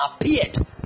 appeared